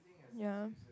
ya